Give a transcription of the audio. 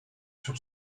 sur